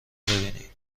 ببینی